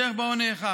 בדרך שבה הוא נאכף.